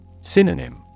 Synonym